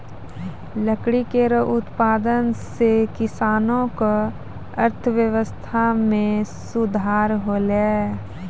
लकड़ी केरो उत्पादन सें किसानो क अर्थव्यवस्था में सुधार हौलय